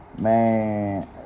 man